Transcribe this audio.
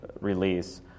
release